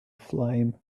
flame